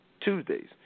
Tuesdays